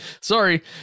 sorry